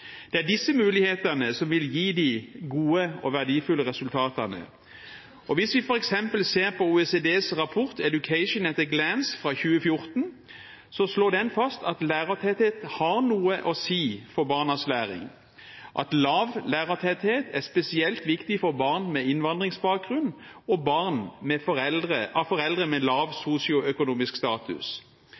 Det er disse mulighetene som vil gi de gode og verdifulle resultatene. Hvis vi f.eks. ser på OECDs rapport «Education at a Glance» fra 2014, slår den fast at lærertetthet har noe å si for barns læring, at lav lærertetthet er spesielt viktig for barn med innvandringsbakgrunn og barn av foreldre med lav sosioøkonomisk status.